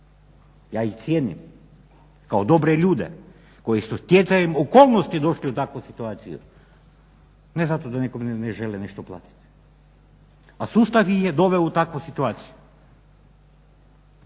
ja ih cijenim kao dobre ljude koji su stjecajem okolnosti došli u takvu situaciju ne zato da nekome ne žele nešto platiti a sustav ih je doveo u takvu situaciju.